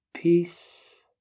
Peace